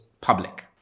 public